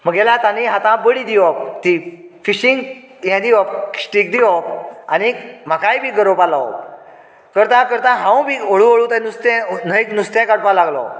म्हगेल्या हातांनी बडी दिवप ती फिशिंग हें दिवप स्टीक दिवप आनी म्हाकाय बी गरोवपाक लावप करता करता हांवूय बी हळू हळू तें नुस्तें जायत नुस्तेंय काडपाक लागलो